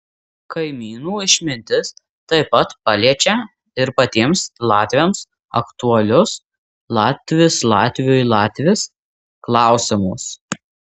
kaimynų išmintis taip pat paliečia ir patiems latviams aktualius latvis latviui latvis klausimus